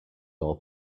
all